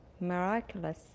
miraculous